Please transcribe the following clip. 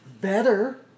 better